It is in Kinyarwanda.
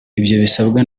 bisabwa